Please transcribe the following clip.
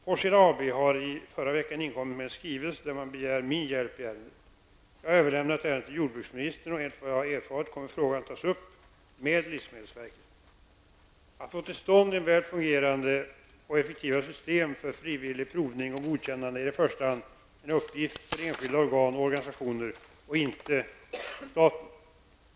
Forsheda AB har i förra veckan inkommit med en skrivelse där man begär min hjälp i ärendet. Jag har överlämnat ärendet till jordbruksministern, och enligt vad jag erfarit kommer frågan att tas upp med livsmedelsverket. Att få till stånd väl fungerande och effektiva system för frivillig provning och godkännande är i första hand en uppgift för enskilda organ och organisationer och inte för staten.